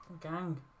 Gang